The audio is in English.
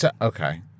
Okay